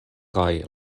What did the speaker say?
kaj